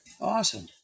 Awesome